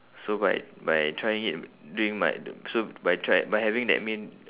so by by trying it during my so by try~ by having that meal